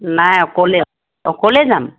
নাই অকলে অকলেই যাম